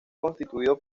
constituido